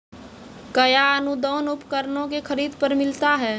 कया अनुदान उपकरणों के खरीद पर मिलता है?